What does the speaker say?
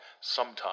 sometime